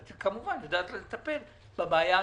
כמובן שאת יודעת לטפל בבעיה הכללית.